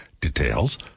details